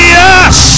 yes